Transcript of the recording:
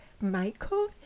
michael